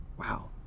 Wow